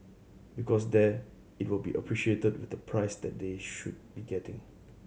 because there it will be appreciated with the price that they should be getting